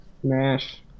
Smash